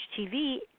TV